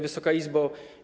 Wysoka Izbo!